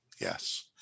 Yes